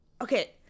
Okay